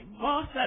boss